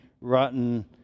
rotten